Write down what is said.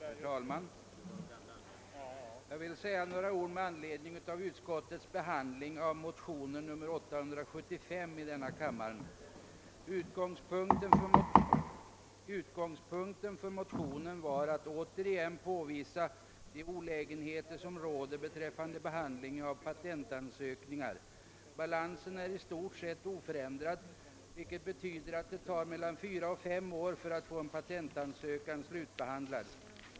Herr talman! Jag vill säga några ord med anledning av utskottets behandling av motionsparet I: 756 och II: 875. Utgångspunkten för motionerna var att återigen påvisa de olägenheter som råder beträffande behandlingen av patentansökningar. Balansen är i stort sett oförändrad, vilket betyder att det tar mellan fyra och fem år att få en patentansökan slutbehandlad.